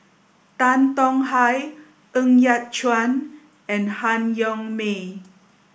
Tan Tong Hye Ng Yat Chuan and Han Yong May